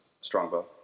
Strongbow